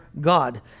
God